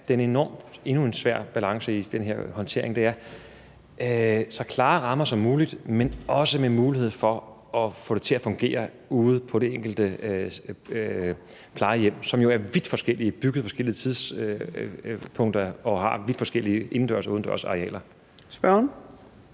her vurdering. Og endnu en svær balance i den her håndtering er, at der skal være så klare rammer som muligt, men at der også skal være mulighed for at få det til at fungere ude på det enkelte plejehjem. De er jo vidt forskellige, de er bygget på forskellige tidspunkter og har vidt forskellige indendørs og udendørs arealer. Kl.